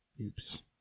Oops